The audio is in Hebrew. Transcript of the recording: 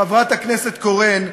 חברת הכנסת קורן,